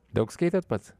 daug skaitot pats